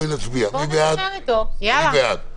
פרופ' גרוטו, תן לנו